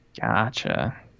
Gotcha